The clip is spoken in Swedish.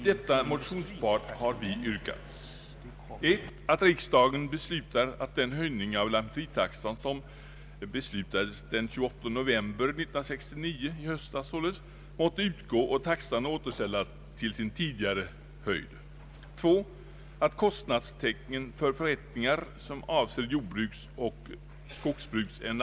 Herr talman! Till statsutskottets utlåtande nr 12 har vid punkten 6, som handlar om lantmäteriet: förrättningsoch uppdragsverksamhet, fogats tvenne Om en översyn av lantmäteritaxan blanka reservationer, som båda avser en översyn av lantmäteritaxan.